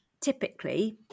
typically